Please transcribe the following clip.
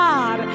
God